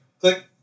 click